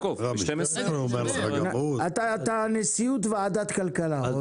אתה בנשיאות ועדת כלכלה.